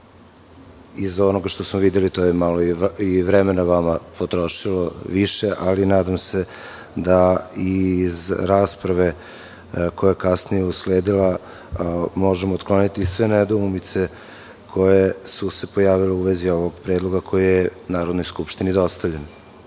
Iz onoga što smo videli, to je malo više vremena vama potrošilo. Nadam se da i iz rasprave koja je dalje usledila možemo otkloniti sve nedoumice koje su se pojavile u vezi ovog predloga koji je Narodnoj skupštini dostavljen. Ono